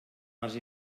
les